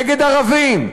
נגד ערבים,